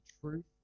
truth